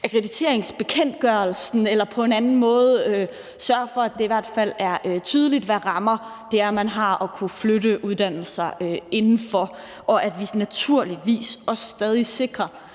akkrediteringsbekendtgørelsen eller på anden måde sørge for, at det i hvert fald er tydeligt, hvilke rammer der er i forhold til at flytte uddannelser, og at vi naturligvis også stadig sikrer